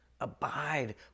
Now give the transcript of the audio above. abide